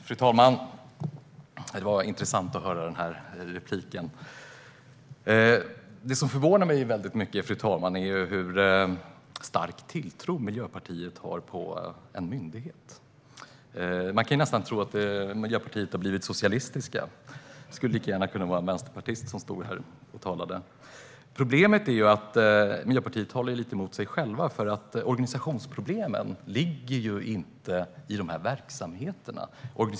Fru talman! Det var intressant att höra denna replik. Det som förvånar mig mycket är hur stark tilltro Miljöpartiet har till en myndighet. Man kan nästan tro att Miljöpartiet har blivit socialistiskt; det skulle lika gärna kunna vara en vänsterpartist som stod här och talade. Problemet är att Miljöpartiet talar lite emot sig självt. Organisationsproblemen ligger inte i verksamheterna.